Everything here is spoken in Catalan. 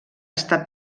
està